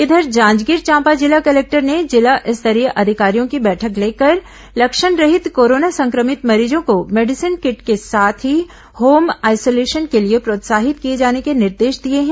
इधर जांजगीर चांपा जिला कलेक्टर ने जिला स्तरीय अधिकारियों की बैठक लेकर लक्षणरहित कोरोना संक्रमित मरीजों को मेडिसीन किट के साथ ही होम आइसोलेशन के लिए प्रोत्साहित किए जाने के निर्देश दिए हैं